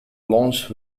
launched